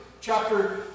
chapter